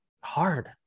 Hard